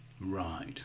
Right